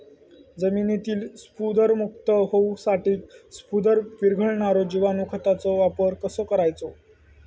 जमिनीतील स्फुदरमुक्त होऊसाठीक स्फुदर वीरघळनारो जिवाणू खताचो वापर कसो करायचो?